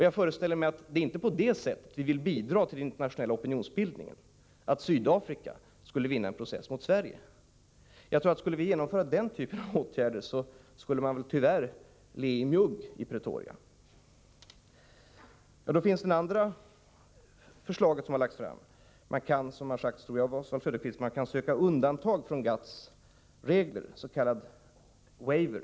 Jag föreställer mig att det inte är på det sättet vi vill bidra till den internationella opinionsbildningen, att Sydafrika skulle vinna en process mot Sverige. Jag tror att om vi skulle genomföra den typen av åtgärder skulle man tyvärr le i mjugg i Pretoria. Då återstår det andra förslaget som har lagts fram. Man kan, som jag tror att Oswald Söderqvist har sagt, söka undantag från GATT:s regler, s.k. waver.